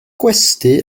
gwesty